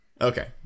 Okay